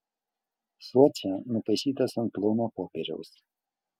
šuo čia nupaišytas ant plono popieriaus